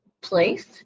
place